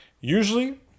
Usually